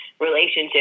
relationship